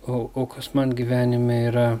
o o kas man gyvenime yra